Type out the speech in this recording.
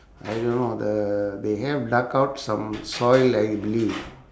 I don't know the they have dug out some soil I believe